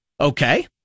okay